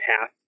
path